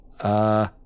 Uh